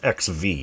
XV